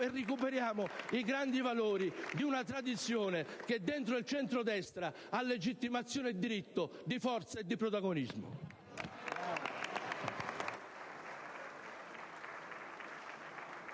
e recuperiamo i grandi valori di una tradizione che dentro il centrodestra ha legittimazione e diritto di forza e di protagonismo.